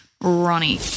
Ronnie